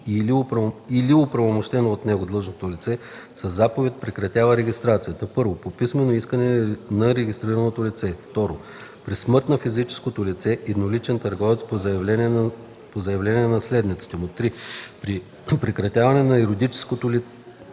или оправомощено от него длъжностно лице със заповед прекратява регистрацията: 1. по писмено искане на регистрираното лице; 2. при смърт на физическото лице – едноличен търговец, по заявление на наследниците му; 3. при прекратяване на юридическото лице;